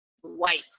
white